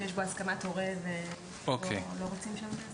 שיש בו הסכמת הורה ולא רוצים שם הסכמת הורה.